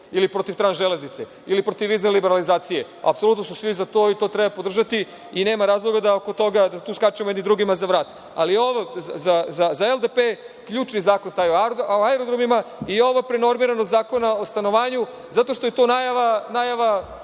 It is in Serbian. Ili protiv trans-železnice? Ili protiv vizne liberalizacije? Apsolutno su svi za to i to treba podržati i nema razloga da tu skačemo jedni drugima za vrat. Ali, za LDP je ključni zakon o aerodromima i oba prenormirana zakona o stanovanju, zato što je to najava